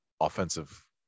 offensive